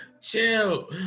chill